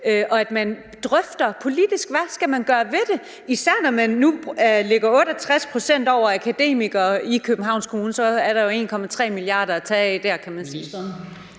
og at man drøfter politisk, hvad man skal gøre ved det, især når man nu ligger 68 pct. over i forhold til akademikere i Københavns Kommune? Så er der jo 1,3 mia. kr. at tage af dér, kan man sige.